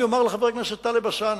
אני אומר לחבר הכנסת טלב אלסאנע,